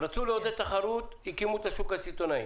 רצו לעודד תחרות ולכן הקימו את השוק הסיטונאי.